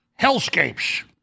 hellscapes